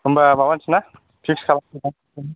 होमबा माबासैना पिक्स खालामसैना